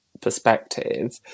perspective